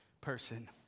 person